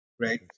right